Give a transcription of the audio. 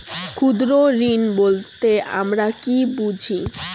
ক্ষুদ্র ঋণ বলতে আমরা কি বুঝি?